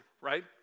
right